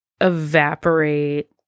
evaporate